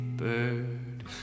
bird